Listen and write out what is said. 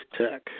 Tech